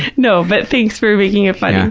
no, but thanks for making it funny. yeah.